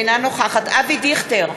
אינה נוכחת אבי דיכטר,